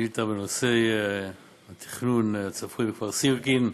שאילתה בנושא התכנון הצפוי בכפר סירקין.